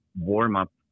warm-up